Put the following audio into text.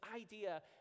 idea